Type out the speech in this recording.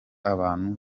abantu